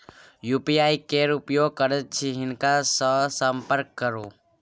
UPI केर उपयोग करैत छी हिनका सँ संपर्क करु